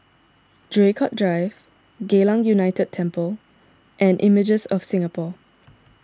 Draycott Drive Geylang United Temple and Images of Singapore